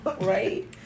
right